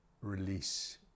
release